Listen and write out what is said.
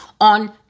on